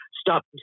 stop